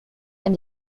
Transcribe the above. and